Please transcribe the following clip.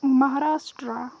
Maharashtra